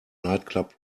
nightclub